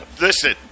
Listen